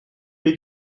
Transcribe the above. les